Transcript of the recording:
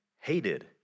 hated